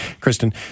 Kristen